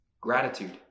Gratitude